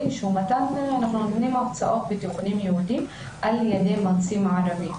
שאנחנו נותנים הרצאות בתיכונים יהודיים על ידי מרצים ערבים.